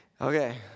Okay